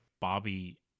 Bobby